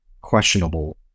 questionable